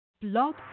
Blog